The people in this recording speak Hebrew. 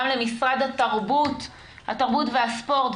גם למשרד התרבות והספורט,